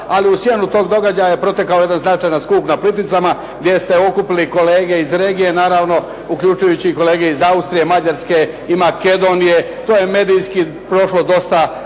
Ali u sjenu tog događaja jedan značajan skup na Plitvicama, gdje ste okupili kolege iz regije, naravno uključujući i kolege iz Austrije, Mađarske i Makedonije. To je medijski prošlo dosta